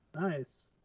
Nice